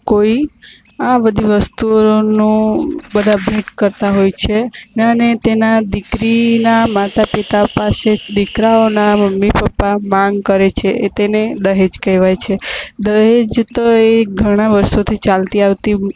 તો કોઈ આ બધી વસ્તુઓનો બધા ભેટ કરતા હોય છે ને અને તેના દીકરીના માતા પિતા પાસે દીકરાઓના મમ્મી પપ્પા માંગ કરે છે તેને દહેજ કેહવાય છે દહેજ તો એ ઘણા વર્ષોથી ચાલતી આવતી